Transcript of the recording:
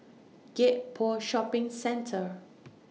Gek Poh Shopping Centre